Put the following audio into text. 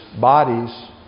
bodies